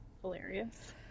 Hilarious